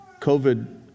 COVID